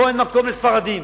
פה אין מקום לספרדים,